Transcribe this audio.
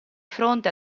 fronte